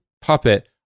Puppet